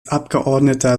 abgeordneter